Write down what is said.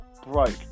broke